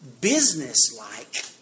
business-like